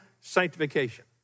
sanctification